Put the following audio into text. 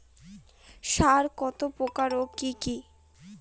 সার কত প্রকার ও কি কি?